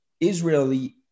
Israeli